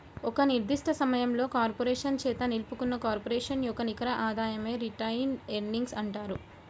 ఒక నిర్దిష్ట సమయంలో కార్పొరేషన్ చేత నిలుపుకున్న కార్పొరేషన్ యొక్క నికర ఆదాయమే రిటైన్డ్ ఎర్నింగ్స్ అంటారు